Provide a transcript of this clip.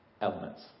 elements